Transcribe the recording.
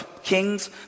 kings